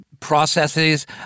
processes